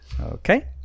Okay